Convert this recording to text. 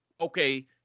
okay